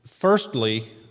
Firstly